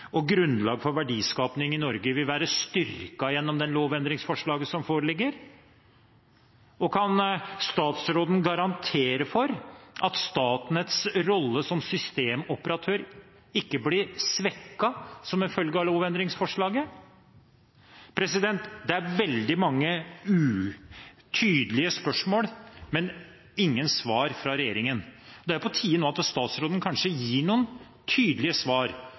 og grunnlag for verdiskaping i Norge vil bli styrket av det lovendringsforslaget som foreligger? Og kan statsråden garantere for at Statnetts rolle som systemoperatør ikke blir svekket som en følge av lovendringsforslaget? Det er veldig mange tydelige spørsmål, men ingen svar fra regjeringen. Det er på tide nå at statsråden kanskje gir noen tydelige svar,